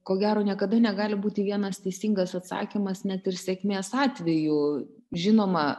ko gero niekada negali būti vienas teisingas atsakymas net ir sėkmės atveju žinoma